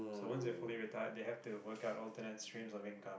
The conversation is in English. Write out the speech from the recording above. so once they're fully retired they have to work out alternate steams of income